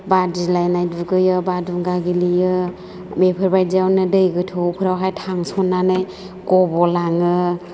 बादिलायनाय दुगैयो बादुंगा गेलेयो बेफोरबादियावनो दै गोथौफोरावहाय थांसननानै गब'लाङो